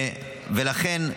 ולכן,